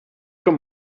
him